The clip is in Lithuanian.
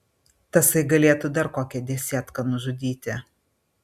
tasai galėtų dar kokią desetką nužudyti